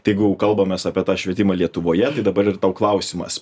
tai jeigu jau kalbamės apie tą švietimą lietuvoje tai dabar ir klausimas